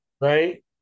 Right